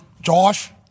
Josh